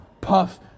Puff